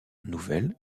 nouvel